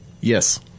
Yes